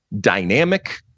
dynamic